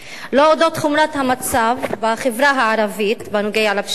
לא על אודות חומרת המצב בחברה הערבית בנוגע לפשיעה